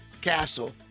castle